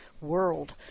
world